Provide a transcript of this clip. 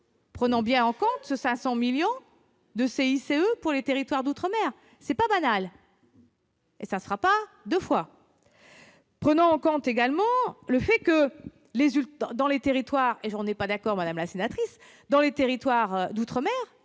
Prenons bien en compte ces 500 millions d'euros de CICE pour les territoires d'outre-mer : cela n'est pas banal et n'arrivera pas deux fois. Prenons en compte également le fait que, dans les territoires d'outre-mer,